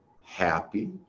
happy